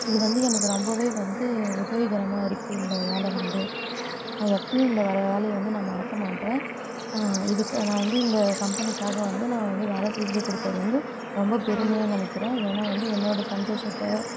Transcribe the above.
இது வந்து எனக்கு ரொம்பவே வந்து உதவிகரமாக இருக்குது இந்த வேலை வந்து நான் எப்பயும் இந்த வர வேலைய வந்து நான் மறக்க மாட்டேன் இதுக்கு நான் வந்து இந்த கம்பெனிக்காக வந்து நான் வந்து வேலை செஞ்சு கொடுக்கறது வந்து ரொம்ப பெருமையாக நினைக்கிறேன் ஏன்னால் வந்து என்னோடய சந்தோஷத்தை